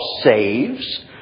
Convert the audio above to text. saves